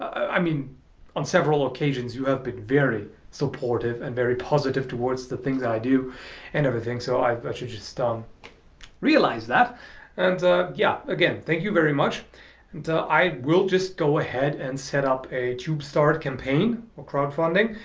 i mean on several occasions you have been very supportive and very positive towards the things i do and everything so i but should just um realize that and yeah again thank you very much and i will just go ahead and set up a tubestart campaign crowdfunding,